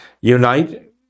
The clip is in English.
unite